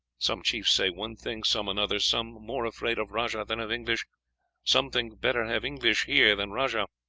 some chiefs say one thing, some another. some more afraid of rajah than of english some think better have english here than rajah.